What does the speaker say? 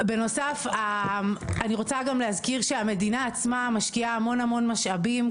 בנוסף אני רוצה גם להזכיר שהמדינה עצמה משקיעה המון המון משאבים,